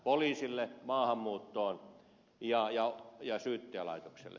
poliisille maahanmuuttoon ja syyttäjälaitokselle